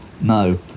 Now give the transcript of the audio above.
no